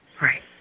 Right